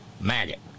maggot